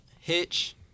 Hitch